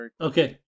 okay